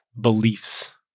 beliefs